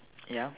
ya